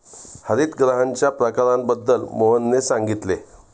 हरितगृहांच्या प्रकारांबद्दल मोहनने सांगितले